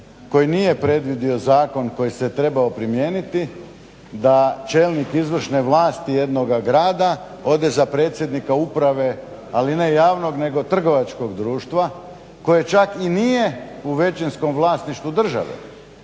koji nije predvidio zakon koji se trebao primijeniti da čelnik izvršne vlasti jednoga grada ode za predsjednika uprave ali ne javnog nego trgovačkog društva koje čak i nije u većinskom vlasništvu države.